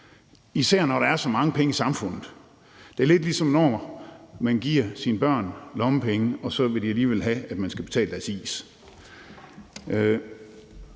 især når der er så mange penge i samfundet. Det er lidt ligesom, når man giver sine børn lommepenge, og så vil de alligevel have, at man skal betale deres is.